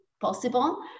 possible